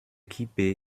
kippe